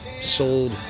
sold